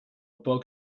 pas